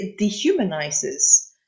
dehumanizes